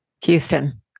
Houston